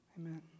Amen